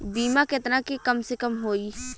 बीमा केतना के कम से कम होई?